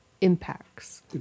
impacts